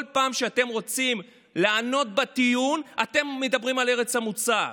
כל פעם שאתם רוצים לענות על טיעון אתם מדברים על ארץ המוצא.